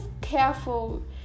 careful